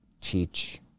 teach